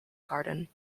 garden